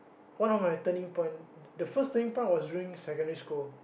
one of my turning point the first turning point was during secondary school